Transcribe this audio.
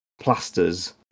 plasters